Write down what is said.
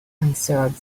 answered